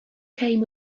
came